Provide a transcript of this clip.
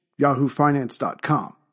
yahoofinance.com